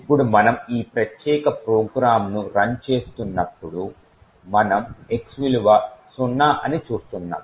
ఇప్పుడు మనం ఈ ప్రత్యేక ప్రోగ్రామ్ను రన్ చేస్తున్నప్పుడు మనం x విలువ సున్నా అని చూస్తున్నాం